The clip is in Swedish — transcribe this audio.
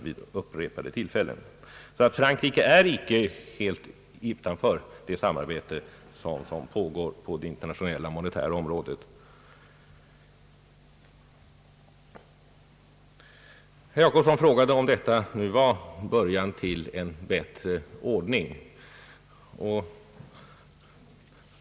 Frankrike är sålunda icke helt utanför det samarbete som pågår på det internationella monetära området. Herr Jacobsson frågade om den träffade överenskommelsen innebär början till en bättre ordning.